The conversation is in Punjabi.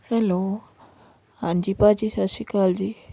ਹੈਲੋ ਹਾਂਜੀ ਭਾਅ ਜੀ ਸਤਿ ਸ਼੍ਰੀ ਅਕਾਲ ਜੀ